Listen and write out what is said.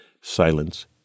Silence